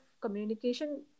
communication